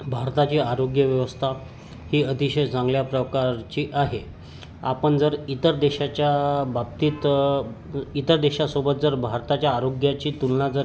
भारताची आरोग्यव्यवस्था ही अतिशय चांगल्या प्रकारची आहे आपण जर इतर देशाच्या बाबतीत इतर देशासोबत जर भारताच्या आरोग्याची तुलना जर